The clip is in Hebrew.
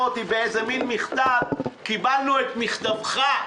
אותי באיזה מין מכתב "קיבלנו את מכתבך"